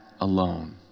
alone